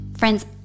Friends